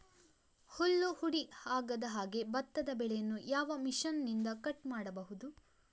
ಹುಲ್ಲು ಹುಡಿ ಆಗದಹಾಗೆ ಭತ್ತದ ಬೆಳೆಯನ್ನು ಯಾವ ಮಿಷನ್ನಿಂದ ಕಟ್ ಮಾಡಬಹುದು?